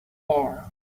are